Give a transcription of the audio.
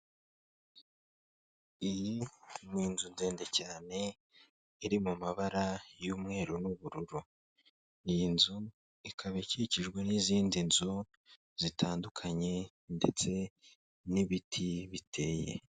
Iyi ni inzu ndende cyane iri mu mabara y'umweru n'ubururu, iyi nzu ikaba ikikijwe n'izindi nzu zitandukanye ndetse n'ibiti biteye.